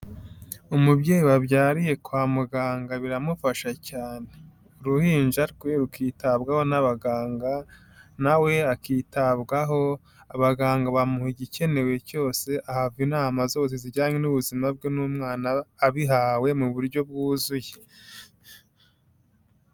Umubyeyi babyariye kwa muganga biramufasha cyane. Uruhinja rwe rukitabwaho n'abaganga na we akitabwaho, abaganga bamuha igikenewe cyose, ahabwa inama zose zijyanye n'ubuzima bwe n'umwana, abihawe mu buryo bwuzuye.